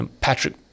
Patrick